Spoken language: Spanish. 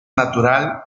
natural